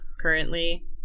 currently